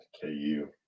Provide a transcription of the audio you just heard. KU